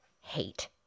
hate